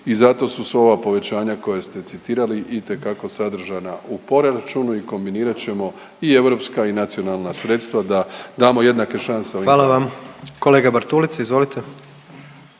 i zato su sva ova povećanja koja ste citirali itekako sadržana u proračunu i kombinirat ćemo i europska i nacionalna sredstva da damo jednake šanse …/Govornik se